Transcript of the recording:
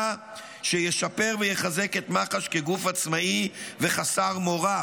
שישפר ויחזק את מח"ש כגוף עצמאי וחסר מורא.